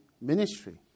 ministry